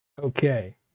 Okay